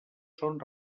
són